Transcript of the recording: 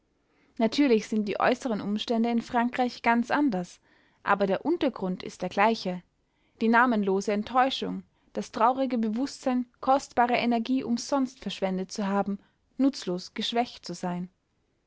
natürlich sind die äußeren umstände in frankreich ganz anders aber der untergrund ist der gleiche die namenlose enttäuschung das traurige bewußtsein kostbare energie umsonst verschwendet zu haben nutzlos geschwächt zu sein